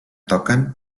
toquen